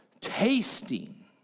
tasting